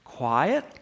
quiet